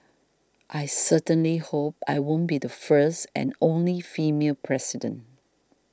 I certainly hope I won't be the first and only female president